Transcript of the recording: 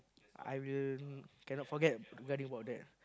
I will cannot forget regarding about that ah